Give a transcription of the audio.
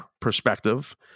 perspective